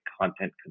content